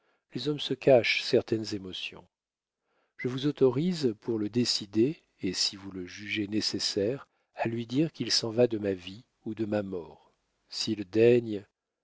les hommes se cachent certaines émotions je vous autorise pour le décider et si vous le jugez nécessaire à lui dire qu'il s'en va de ma vie ou de ma mort s'il daigne